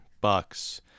bucks